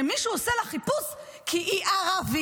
שמישהו עושה לה חיפוש כי היא ערבייה.